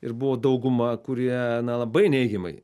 ir buvo dauguma kurie na labai neigiamai